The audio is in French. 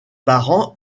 parents